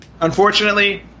Unfortunately